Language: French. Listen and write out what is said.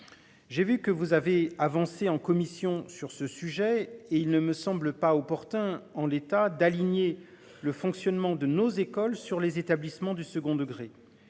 J'ai vu que vous avez avancés en commission sur ce sujet et il ne me semble pas opportun en l'état, d'aligner le fonctionnement de nos écoles sur les établissements du second degré.